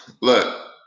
look